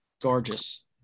Gorgeous